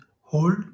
hold